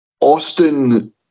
Austin